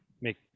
make